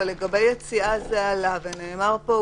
אבל לגבי יציאה זה עלה ונאמר פה,